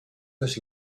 los